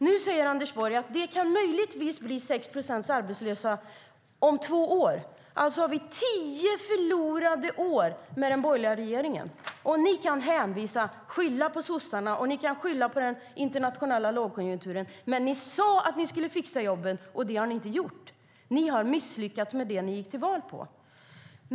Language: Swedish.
Nu säger Anders Borg att det möjligtvis kan bli 6 procents arbetslöshet om två år. Alltså har vi tio förlorade år med den borgerliga regeringen. Ni kan skylla på sossarna och på den internationella lågkonjunkturen, men ni sade att ni skulle fixa jobben. Det har ni inte gjort. Ni har misslyckats med det ni gick till val på.